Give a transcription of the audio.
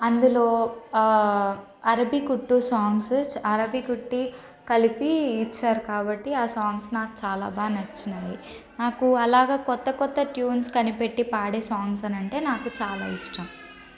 అందులో అరబీ కుట్టు సాంగ్సు అరబీ కుట్టీ కలిపి ఇచ్చారు కాబట్టీ ఆ సాంగ్స్ నాకు బాగా నచ్చినాయి నాకు అలాగ కొత్త కొత్త ట్యూన్స్ కనిపెట్టి పాడే సాంగ్స్ అని అంటే నాకు చాలా ఇష్టం